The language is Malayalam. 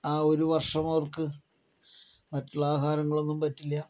ആ ഒരു വർഷം അവർക്ക് മറ്റുള്ള ആഹാരങ്ങളൊന്നും പറ്റില്ല